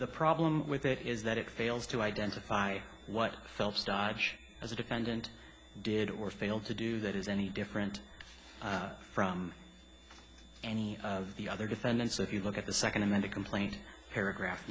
the problem with that is that it fails to identify what phelps dodge as a defendant did or failed to do that is any different from any of the other defendants if you look at the second amended complaint paragraph